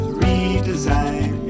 redesign